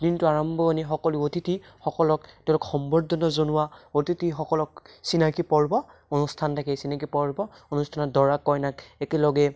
দিনটোৰ আৰম্ভণি সকলো অতিথিসকলক তেওঁলোকক সম্বৰ্ধনা জনোৱা অতিথিসকলক চিনাকি পৰ্ব অনুষ্ঠান থাকে এই চিনাকি পৰ্ব অনুষ্ঠানত দৰা কইনাক একেলগে